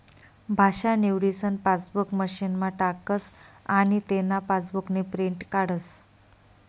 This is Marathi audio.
भाषा निवडीसन पासबुक मशीनमा टाकस आनी तेना पासबुकनी प्रिंट काढस